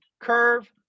curve